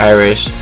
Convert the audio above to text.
Irish